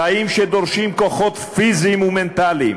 חיים שדורשים כוחות פיזיים ומנטליים"